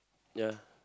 ya